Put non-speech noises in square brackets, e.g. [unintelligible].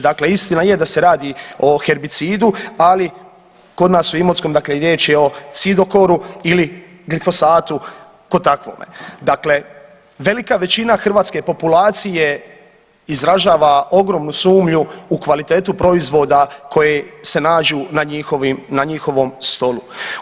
Dakle, istina je da se radi o herbicidu, ali kod nas u Imotskom, dakle riječ je o Cidokoru ili glifosatu … [unintelligible] Dakle, velika većina hrvatske populacije izražava ogromnu sumnju u kvalitetu proizvoda koji se nađu na njihovom stolu.